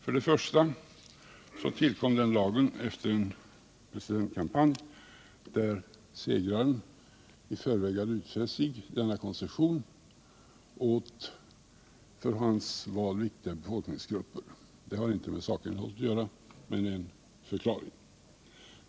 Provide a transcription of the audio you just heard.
För det första tillkom den lagen efter en presidentkampanj där segraren i förväg hade utfäst sig att ge denna koncession åt för hans val viktiga befolkningsgrupper. Det har inte med saken att göra, men det är en förklaring.